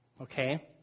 Okay